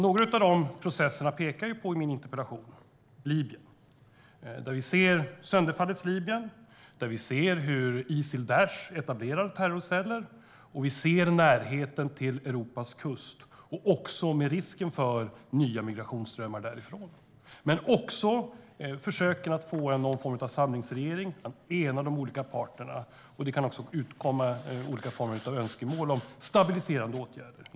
Några av de processerna pekar jag på i min interpellation, till exempel Libyen. Vi ser sönderfallets Libyen, hur Isil/Daish etablerar terrorceller, och vi ser närheten till Europas kust och risken för nya migrationsströmmar. Där finns också försöken att skapa någon form av samlingsregering och ena de olika parterna. Det kan också komma olika former av önskemål om stabiliserande åtgärder.